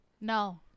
No